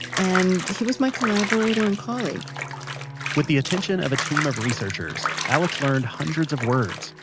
and he was my collaborator and colleague with the attention of a team of researchers, alex learned hundreds of words,